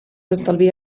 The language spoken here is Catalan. estalvia